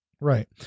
Right